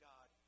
God